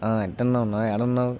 ఎట్టన్నా ఉన్నావు ఏడున్నావు